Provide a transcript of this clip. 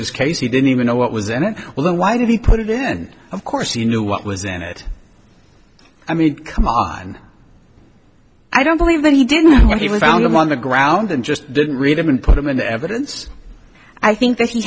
his case he didn't even know what was in it well then why did he put it in and of course he knew what was in it i mean come on i don't believe that he didn't when he was found on the ground and just didn't read them and put them in evidence i think that he